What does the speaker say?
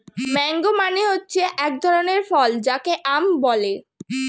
mango মানে হচ্ছে এক ধরনের ফল যাকে আম বলে